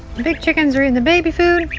the big chickens are eating the baby food.